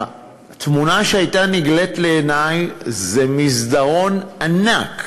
התמונה שהייתה נגלית לעיני זה מסדרון ענק,